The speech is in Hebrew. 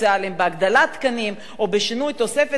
בהגדלת תקנים או בשינוי תוספת שכר.